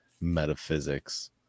metaphysics